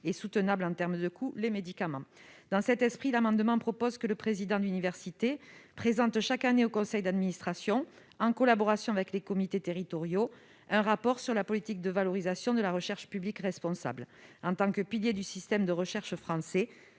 et soutenables en termes de coûts. Dans cet esprit, nous proposons que le président d'université présente chaque année au conseil d'administration, en collaboration avec les comités territoriaux, un rapport sur la politique de valorisation de la recherche publique responsable. En tant que piliers du système de recherche français,